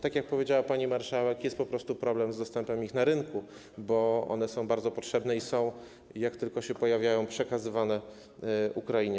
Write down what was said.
Tak jak powiedziała pani marszałek, jest po prostu problem z dostępem do nich na rynku, bo one są bardzo potrzebne i jak tylko się pojawiają, są przekazywane Ukrainie.